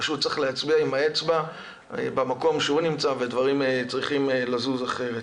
פשוט צריך להצביע עם האצבע במקום שהוא נמצא בו ודברים צריכים לזוז אחרת.